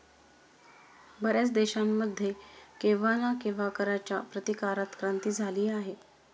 बर्याच देशांमध्ये केव्हा ना केव्हा कराच्या प्रतिकारात क्रांती झाली आहे